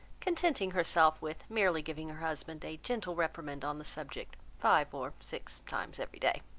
contenting herself with merely giving her husband a gentle reprimand on the subject five or six times every day.